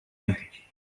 iwe